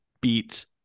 beats